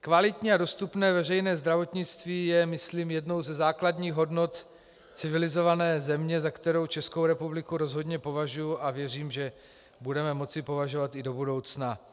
Kvalitní a dostupné veřejné zdravotnictví je myslím jednou ze základních hodnot civilizované země, za kterou Českou republiku rozhodně považuji, a věřím, že budeme moci považovat i do budoucna.